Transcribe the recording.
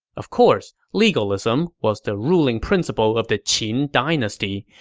of course, legalism was the ruling principle of the qin dynasty,